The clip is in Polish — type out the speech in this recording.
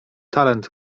talent